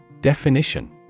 Definition